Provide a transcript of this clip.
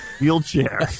wheelchair